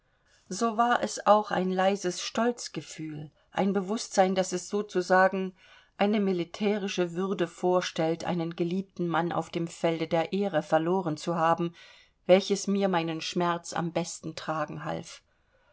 so war es auch ein leises stolzgefühl ein bewußtsein daß es sozusagen eine militärische würde vorstellt einen geliebten mann auf dem felde der ehre verloren zu haben welches mir meinen schmerz am besten tragen half